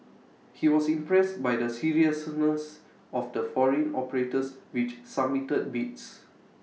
he was impressed by the seriousness of the foreign operators which submitted bids